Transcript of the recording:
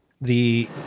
The-